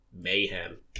mayhem